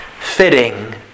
fitting